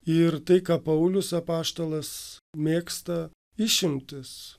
ir tai ką paulius apaštalas mėgsta išimtis